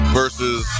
versus